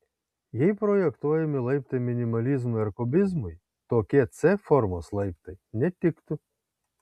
jei projektuojami laiptai minimalizmui ar kubizmui tokie c formos laiptai netiktų